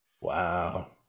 Wow